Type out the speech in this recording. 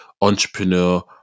entrepreneur